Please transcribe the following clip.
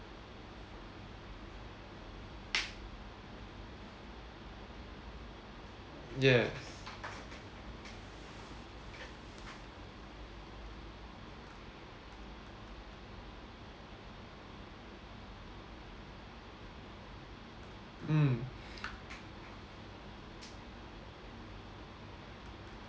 yes mm